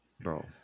bro